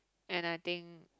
and I think